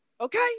Okay